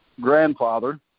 grandfather